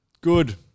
Good